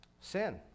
Sin